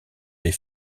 les